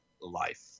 life